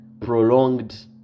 prolonged